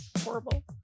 Horrible